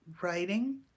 writing